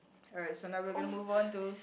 alright so now we're gonna move on to